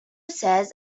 says